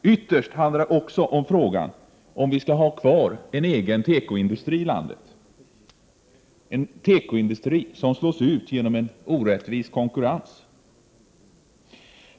Ytterst handlar det också om frågan om huruvida vi skall ha kvar en egen tekoindustri i landet, en tekoindustri som kan slås ut till följd av en orättvis konkurrens.